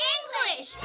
English